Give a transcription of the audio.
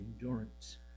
endurance